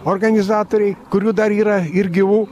organizatoriai kurių dar yra ir gyvų